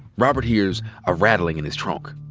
robert hears a rattling in his trunk,